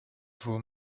vous